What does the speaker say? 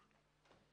שלי.